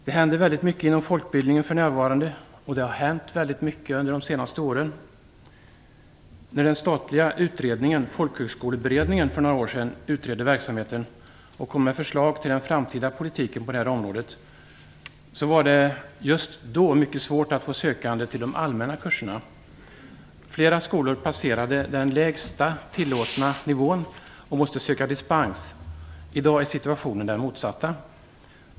Det händer väldigt mycket inom folkbildningen för närvarande, och det har hänt väldigt mycket under de senaste åren. När den statliga utredningen, Folkhögskoleberedningen, för några år sedan utredde verksamheten och kom med förslag till den framtida politiken på det här området, var det just då mycket svårt att få sökande till de allmänna kurserna. Flera skolor underskred den lägsta tillåtna nivån och måste söka dispens. I dag är situationen den motsatta.